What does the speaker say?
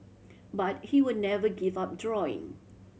but he will never give up drawing